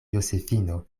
josefino